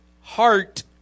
heart